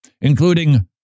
including